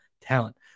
talent